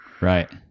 right